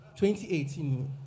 2018